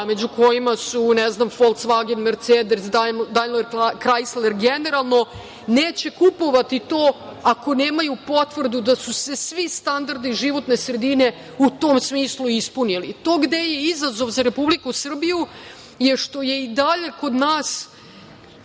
među kojima su „Volkswagen“, „Mercedes“, „Daimler Chrysler“, generalno, neće kupovati to ako nemaju potvrdu da su se svi standardi životne sredine u tom smislu ispunili. To gde je izazov za Republiku Srbiju je što je i dalje kod nas